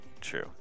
true